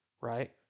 right